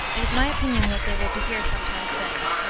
it is my opinion that they will be here some time to-day.